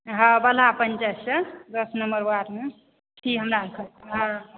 हँ बनाह पंचायतसॅं दश नम्बर वार्डमे छी हमरासभ हँ